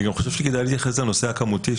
אני גם חושב שכדאי להתייחס לנושא הכמותי,